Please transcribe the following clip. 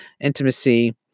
intimacy